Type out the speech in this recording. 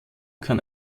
kann